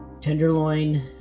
Tenderloin